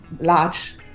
large